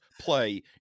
play